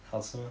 好吃吗